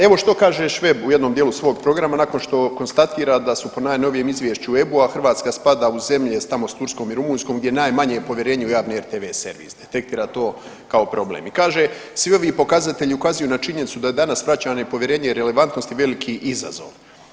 Evo što kaže Šveb u jednom djelu svog programa nakon što konstatira da su po najnovijem izvješću EBU-a, Hrvatska spada u zemlje tamo s Turskom i Rumunjskom gdje je najmanje povjerenje u javni RTV servis, detektira to kao problem i kaže svi ovi pokazatelji na činjenicu da je danas vraćanje povjerenja relevantnosti veliki izazov.